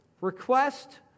request